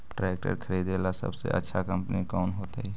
Tractor खरीदेला सबसे अच्छा कंपनी कौन होतई?